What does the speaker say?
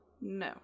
No